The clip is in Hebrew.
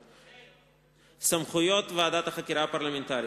2. סמכויות ועדת החקירה הפרלמנטרית,